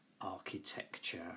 architecture